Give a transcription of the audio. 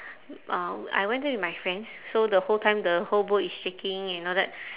uh I went there with my friends so the whole time the whole boat is shaking and all that